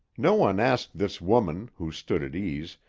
no one asked this woman, who stood at ease,